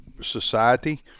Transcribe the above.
society